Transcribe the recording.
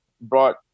brought